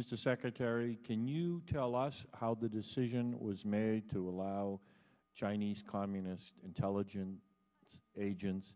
mr secretary can you tell us how the decision was made to allow chinese communist intelligence agents